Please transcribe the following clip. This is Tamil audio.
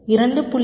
2